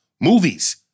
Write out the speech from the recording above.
movies